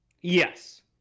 Yes